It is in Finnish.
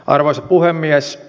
arvoisa puhemies